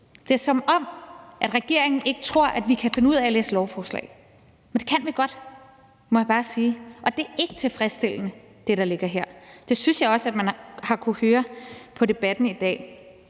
Det er, som om regeringen ikke tror, at vi kan finde ud af at læse lovforslag. Men det kan vi godt, må jeg bare sige. Og det, der ligger her, er ikke tilfredsstillende. Det synes jeg også man har kunnet høre på debatten i dag.